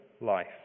life